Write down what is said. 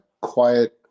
quiet